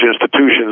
institutions